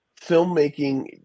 filmmaking